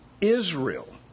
Israel